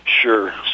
Sure